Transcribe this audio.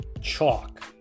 Chalk